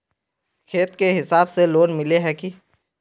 खेत के हिसाब से लोन मिले है की?